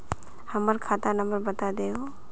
हमर खाता नंबर बता देहु?